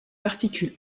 particules